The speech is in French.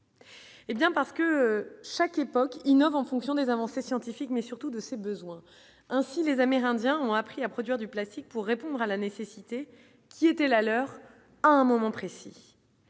Eh bien parce que chaque époque innove en fonction des avancées scientifiques, mais surtout de ses besoins ainsi les Amérindiens ont appris à produire du plastique pour répondre à la nécessité, qui était la leur à un moment précis,